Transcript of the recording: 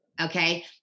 Okay